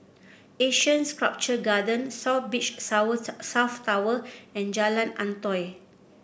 Asean Sculpture Garden South Beach Tower South Tower and Jalan Antoi